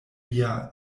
mia